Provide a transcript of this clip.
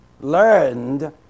learned